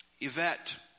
Yvette